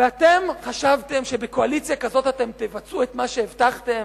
ואתם חשבתם שבקואליציה כזאת אתם תבצעו את מה שהבטחתם?